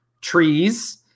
trees